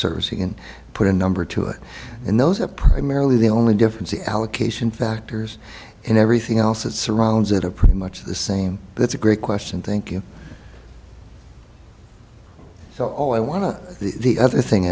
servicing and put a number to it and those are primarily the only difference the allocation factors and everything else that surrounds it a pretty much the same that's a great question thank you so all i want to the other thing